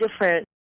different